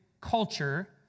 culture